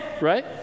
Right